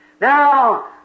Now